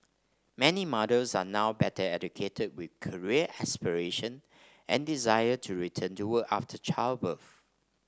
many mothers are now better educated with career aspiration and desire to return to work after childbirth